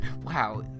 wow